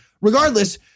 Regardless